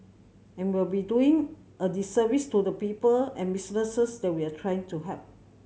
and we'll be doing a disservice to the people and businesses that we are trying to help